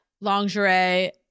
lingerie